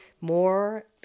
more